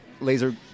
laser